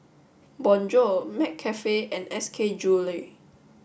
Bonjour McCafe and S K Jewellery